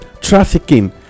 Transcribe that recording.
trafficking